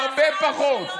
הרבה פחות.